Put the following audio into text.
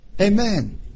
Amen